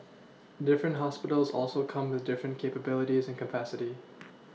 different hospitals also come with different capabilities and capacity